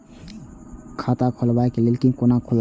खाता खोलवाक यै है कोना खुलत?